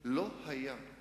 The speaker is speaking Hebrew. לא כל כך